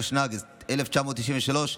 התשנ"ג 1993,